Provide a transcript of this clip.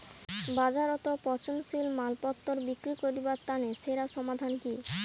বাজারত পচনশীল মালপত্তর বিক্রি করিবার তানে সেরা সমাধান কি?